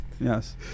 Yes